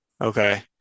Okay